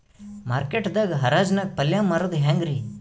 Market ದಾಗ್ ಹರಾಜ್ ನಾಗ್ ಪಲ್ಯ ಮಾರುದು ಹ್ಯಾಂಗ್ ರಿ?